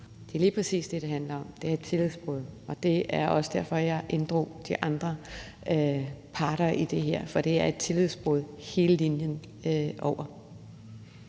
Det er lige præcis det, der handler om: Det er et tillidsbrud. Det er også derfor, at jeg inddrog de andre parter i det her, for det er et tillidsbrud over hele linjen.